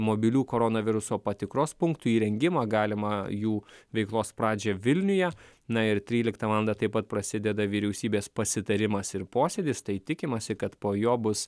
mobilių koronaviruso patikros punktų įrengimą galimą jų veiklos pradžią vilniuje na ir tryliktą valandą taip pat prasideda vyriausybės pasitarimas ir posėdis tai tikimasi kad po jo bus